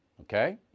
Okay